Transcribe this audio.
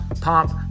POMP